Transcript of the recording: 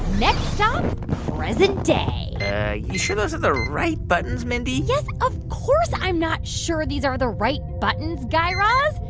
next stop present day you sure those are the right buttons, mindy? yes, of course i'm not sure these are the right buttons, guy raz.